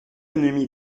ennemi